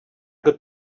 got